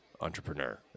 entrepreneur